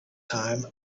time